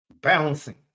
bouncing